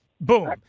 boom